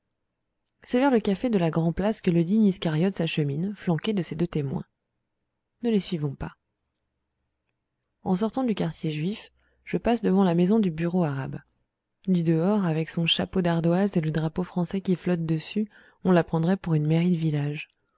c'est vers le café de la grand'place que le digne iscariote s'achemine flanqué de ses deux témoins ne les suivons pas en sortant du quartier juif je passe devant la maison du bureau arabe du dehors avec son chapeau d'ardoises et le drapeau français qui flotte dessus on la prendrait pour une mairie de village